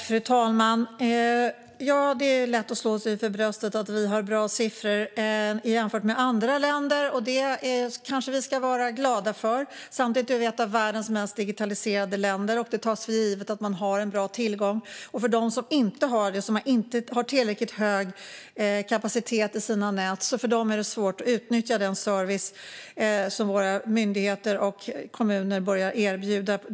Fru talman! Det är lätt att slå sig för bröstet och säga att vi har bra siffror jämfört med andra länder. Det ska vi kanske vara glada för. Samtidigt är vi ett av världens mest digitaliserade länder. Det tas för givet att ha bra tillgång. För dem som inte har det, som inte har tillräckligt hög kapacitet i sina nät, är det svårt att utnyttja den digitala service som våra myndigheter och kommuner börjar erbjuda.